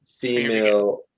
female